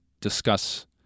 discuss